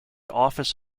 office